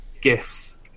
gifts